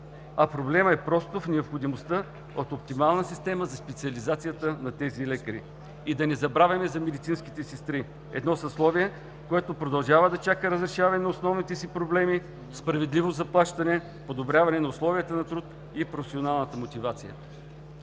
А проблемът е просто в необходимостта от оптимална система за специализацията на тези лекари. Да не забравяме за медицинските сестри – едно съсловие, което продължава да чака разрешаване на основните си проблеми, справедливо заплащане, подобряване на условията на труд и професионалната мотивация.